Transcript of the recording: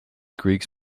creaks